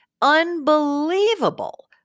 Unbelievable